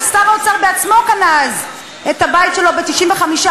ושר האוצר בעצמו קנה אז את הבית שלו ב-95%